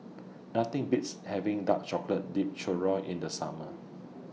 Nothing Beats having Dark Chocolate Dipped Churro in The Summer